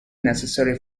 necessary